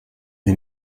sie